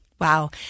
Wow